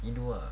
tidur ah